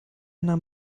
nahm